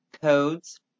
Codes